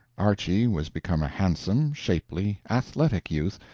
archy was become a handsome, shapely, athletic youth,